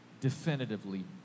definitively